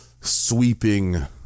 sweeping